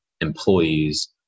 employees